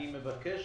אני מבקש